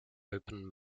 open